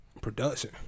production